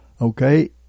Okay